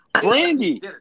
Brandy